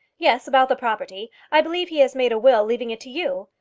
yes about the property. i believe he has made a will leaving it to you.